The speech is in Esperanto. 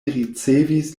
ricevis